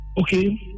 Okay